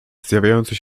zjawiający